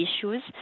issues